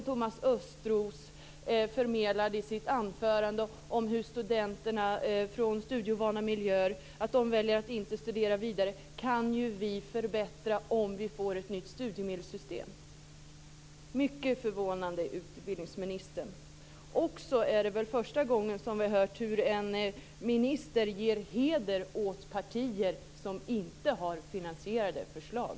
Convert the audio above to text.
Thomas Östros förmedlade i sitt anförande en oro när det gäller hur studenter från miljöer med liten studievana väljer att inte studera vidare. Men den situationen kan vi ju förbättra om vi får ett nytt studiemedelssystem. Mycket förvånande, utbildningsministern! Det är väl också första gången vi har hört att en minister ger heder åt partier som inte har finansierade förslag.